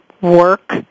work